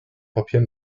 papier